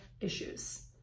issues